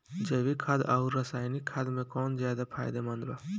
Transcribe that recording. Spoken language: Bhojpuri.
जैविक खाद आउर रसायनिक खाद मे कौन ज्यादा फायदेमंद बा?